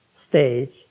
stage